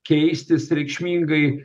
keistis reikšmingai